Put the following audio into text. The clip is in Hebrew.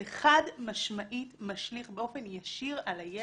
זה חד משמעית משליך באופן ישיר על הילד.